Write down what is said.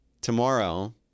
tomorrow